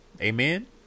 Amen